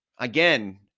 Again